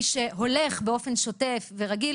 מי שהולך באופן שוטף ורגיל,